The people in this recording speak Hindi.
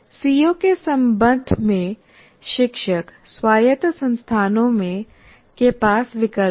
सीओ के संबंध में शिक्षक स्वायत्त संस्थानों में के पास विकल्प है